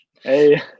Hey